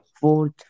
fourth